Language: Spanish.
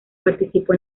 participó